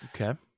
Okay